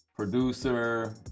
producer